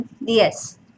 Yes